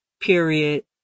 period